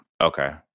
Okay